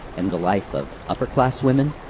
and the life of upper-class women?